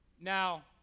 Now